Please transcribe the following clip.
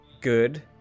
good